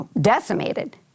decimated